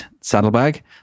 saddlebag